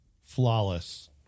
Flawless